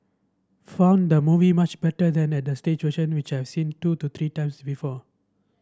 found the movie much better than at the stage version which have seen two to three times before